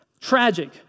tragic